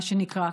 מה שנקרא,